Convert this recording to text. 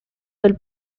del